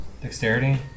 Dexterity